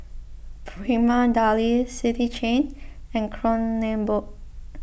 Prima Deli City Chain and Kronenbourg